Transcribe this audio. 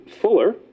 fuller